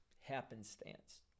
happenstance